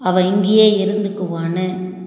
அவள் இங்கேயே இருந்துக்குவாள்னு